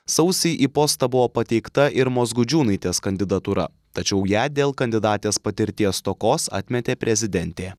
sausį į postą buvo pateikta irmos gudžiūnaitės kandidatūra tačiau ją dėl kandidatės patirties stokos atmetė prezidentė